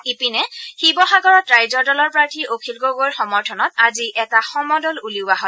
ইপিনে শিৱসাগৰত ৰাইজৰ দলৰ প্ৰাৰ্থী অখিল গগৈৰ সমৰ্থনত আজি এটা সমদল উলিওৱা হয়